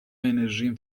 انرژیم